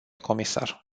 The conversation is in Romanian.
comisar